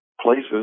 places